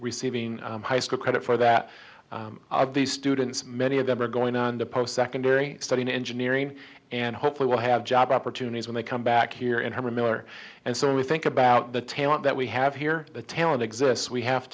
receiving high school credit for that of these students many of them are going on to post secondary studying engineering and hopefully we'll have job opportunities when they come back here in her miller and so we think about the talent that we have here the talent exists we have